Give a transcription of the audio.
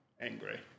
Angry